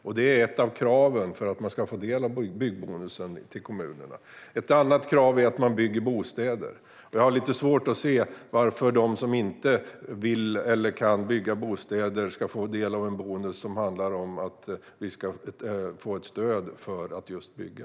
Detta är ett av kraven för att kommunerna ska få del av byggbonusen. Ett annat krav är att man bygger bostäder. Jag har lite svårt att se varför de som inte vill eller kan bygga bostäder ska få del av en bonus som är ett stöd just för att man ska bygga.